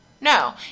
No